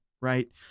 right